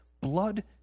blood